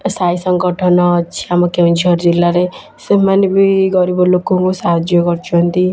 ଏ ସାଇ ସଂଗଠନ ଅଛି ଆମ କେଉଁଝର ଜିଲ୍ଲାରେ ସେମାନେ ବି ଗରିବ ଲୋକଙ୍କୁ ସାହାଯ୍ୟ କରୁଛନ୍ତି